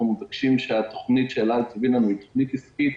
מבקשים שהתוכנית שאל-על תביא לנו תהיה תוכנית עסקית